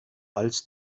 als